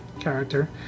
character